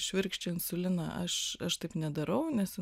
švirkščia insuliną aš aš taip nedarau nes